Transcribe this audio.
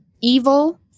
evil